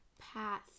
path